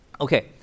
Okay